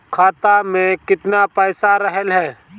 खाता में केतना पइसा रहल ह?